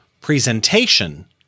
Presentation